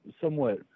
somewhat